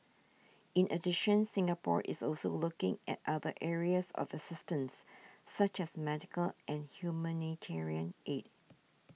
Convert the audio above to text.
in addition Singapore is also looking at other areas of assistance such as medical and humanitarian aid